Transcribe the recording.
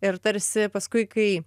ir tarsi paskui kai